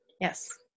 Yes